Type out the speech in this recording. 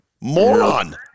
Moron